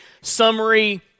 summary